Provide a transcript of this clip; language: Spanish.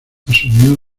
asumió